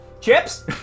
Chips